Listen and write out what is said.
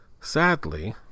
Sadly